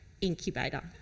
incubator